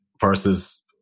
versus